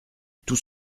tout